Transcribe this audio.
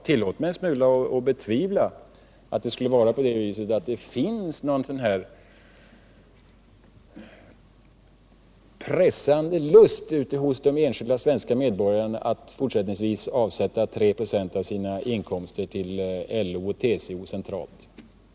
Tillåt mig att betvivla en smula att det skulle finnas något slags pressande lust ute hos de svenska medborgarna att fortsättningsvis avsätta 3 96 av sina inkomster till LO och TCO centralt.